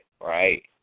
right